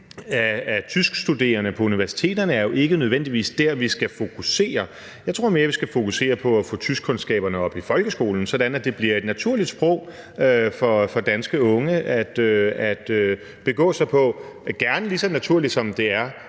af tyskstuderende på universiteterne jo ikke nødvendigvis er det, vi skal fokusere på. Jeg tror mere, at vi skal fokusere på at få tyskkundskaberne ind i folkeskolerne, så det bliver et naturligt sprog for danske unge at begå sig på – gerne lige så naturligt, som det er